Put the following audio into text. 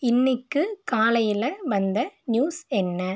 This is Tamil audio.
இன்றைக்கு காலையில் வந்த நியூஸ் என்ன